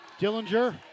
Dillinger